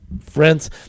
friends